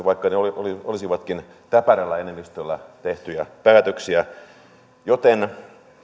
vaikka ne olisivatkin täpärällä enemmistöllä tehtyjä päätöksiä joten